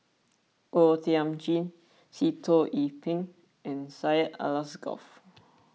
O Thiam Chin Sitoh Yih Pin and Syed Alsagoff